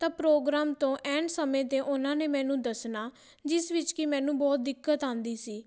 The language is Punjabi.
ਤਾਂ ਪ੍ਰੋਗਰਾਮ ਤੋਂ ਐਂਨ ਸਮੇਂ 'ਤੇ ਉਹਨਾਂ ਨੇ ਮੈਨੂੰ ਦੱਸਣਾ ਜਿਸ ਵਿੱਚ ਕਿ ਮੈਨੂੰ ਬਹੁਤ ਦਿੱਕਤ ਆਉਂਦੀ ਸੀ